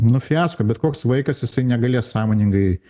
nu fiasko bet koks vaikas jisai negalės sąmoningai